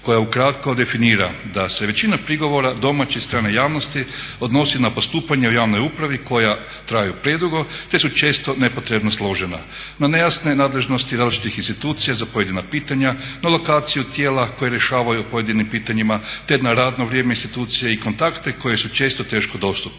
koja ukratko definira da se većina prigovora domaće i strane javnosti odnosi na postupanje u javnoj upravi koja traje predugo, te su često nepotrebno složena. Na nejasne nadležnosti različitih institucija za pojedina pitanja, na lokaciju tijela koja rješavaju o pojedinim pitanjima, te na radno vrijeme institucija i kontakte koji su često teško dostupni.